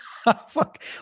Fuck